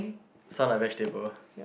so are like vegetable